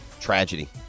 Tragedy